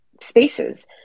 spaces